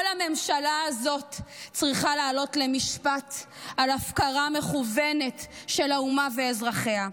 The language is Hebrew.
כל הממשלה הזאת צריכה לעלות למשפט על הפקרה מכוונת של האומה ואזרחיה.